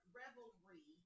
revelry